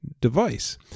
device